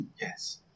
Yes